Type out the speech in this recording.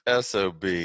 SOB